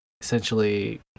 essentially